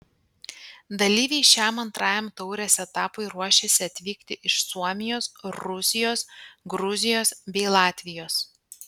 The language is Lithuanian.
dalyviai šiam antrajam taurės etapui ruošiasi atvykti iš suomijos rusijos gruzijos bei latvijos